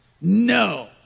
No